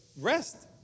rest